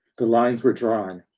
the lines were drawn.